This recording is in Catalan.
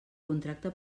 contracte